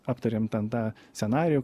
aptarėm ten tą senarijų